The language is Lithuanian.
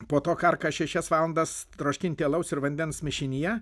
po to karka šešias valandas troškinti alaus ir vandens mišinyje